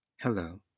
Hello